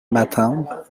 m’attendre